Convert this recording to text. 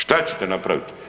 Šta ćete napraviti?